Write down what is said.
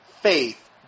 faith